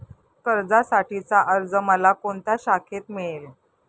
कर्जासाठीचा अर्ज मला कोणत्या शाखेत मिळेल?